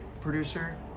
producer